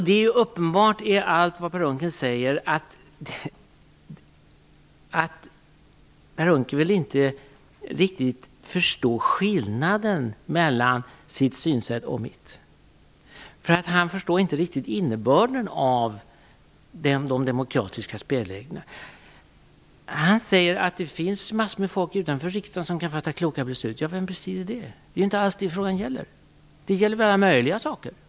Det är uppenbart att Per Unckel inte riktigt vill förstå skillnaden mellan sitt synsätt och mitt. Han förstår inte riktigt innebörden av de demokratiska spelreglerna. Han säger att det finns massor med folk utanför riksdagen som kan fatta kloka beslut. Ja, vem bestrider det? Det är inte alls detta frågan gäller. Det gäller alla möjliga saker.